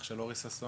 אח של אורי ששון.